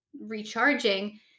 recharging